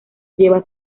lleva